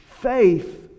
faith